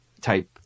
type